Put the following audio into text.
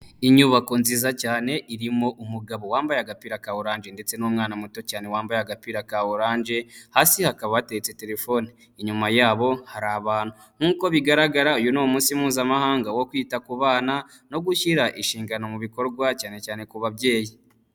Inyubako nziza cyane irimo umugabo wambaye agapira ka oranje ndetse n'umwana muto cyane wambaye agapira ka oranje, hasi hakaba hateretse telefone, inyuma yabo hari abantu, nk'uko bigaragara uyu ni umunsi mpuzamahanga wo kwita ku bana no gushyira inshingano mu bikorwa, cyane cyane ku babyeyi.